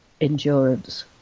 endurance